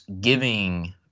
giving